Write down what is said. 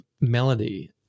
melody